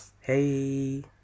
Hey